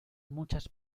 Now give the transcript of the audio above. muchas